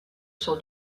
sur